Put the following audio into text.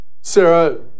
Sarah